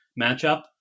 matchup